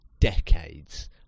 decades